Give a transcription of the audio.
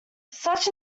such